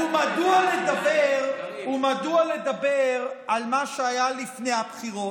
ומדוע לדבר על מה שהיה לפני הבחירות?